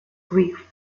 greek